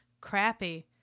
crappy